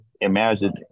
imagine